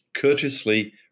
courteously